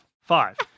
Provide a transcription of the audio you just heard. five